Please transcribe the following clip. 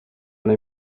what